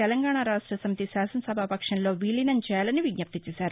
తెలంగాణ రాష్ట సమితి శాసనసభా పక్షంలో విలీనం చేయాలని విజ్ఞప్తి చేశారు